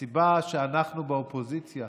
הסיבה שאנחנו באופוזיציה